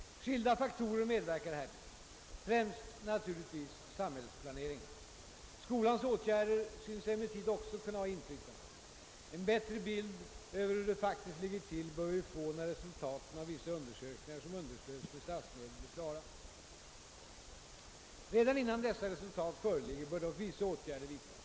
Skilda faktorer medverkar härtill, främst naturligtvis samhällsplaneringen. Skolans åtgärder synes emellertid också kunna ha inflytande. En bättre bild över hur det faktiskt ligger till bör vi få när resultaten av vissa undersökningar som understöds med statsmedel blir klara. Redan innan dessa resultat föreligger bör dock vissa åtgärder vidtas.